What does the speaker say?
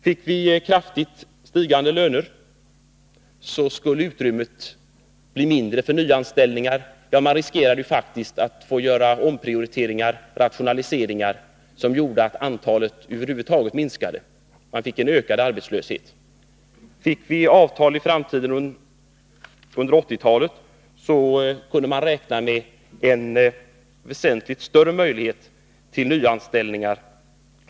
Fick vi kraftigt stigande löner, skulle utrymmet bli mindre för nyanställningar, ja, man riskerade faktiskt att få göra omprioriteringar och rationaliseringar som medförde att antalet anställa över huvud taget minskade med en ökad arbetslöshet som följd. Fick vi måttfulla avtal under 1980-talet, kunde man räkna med en väsentligt större möjlighet till nyanställningar.